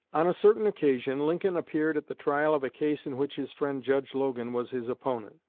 on a certain occasion lincoln appeared at the trial of a case in which his friend judge logan was his opponent.